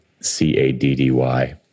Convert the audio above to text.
C-A-D-D-Y